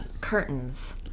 Curtains